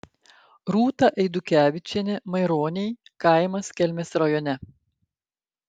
rūta eidukevičienė maironiai kaimas kelmės rajone